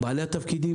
בעלי התפקידים.